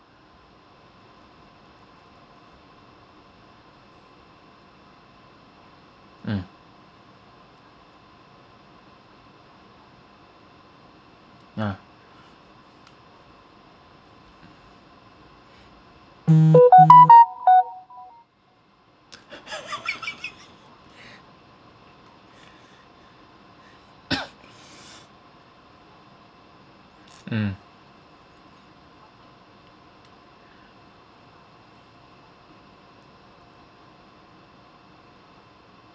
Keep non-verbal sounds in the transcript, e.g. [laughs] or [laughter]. mm ah [laughs] [coughs] mm